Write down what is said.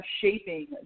shaping